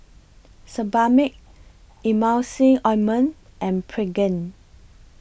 Sebamed Emulsying Ointment and Pregain